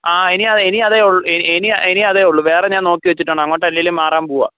ആ ഇനി അതെ ഇനി അതെയുള്ളൂ എ എനി ഇനി അതേയുള്ളൂ വേറെ ഞാൻ നോക്കി വെച്ചിട്ടുണ്ട് അങ്ങോട്ടേ അല്ലേലും മാറാൻ പോവുക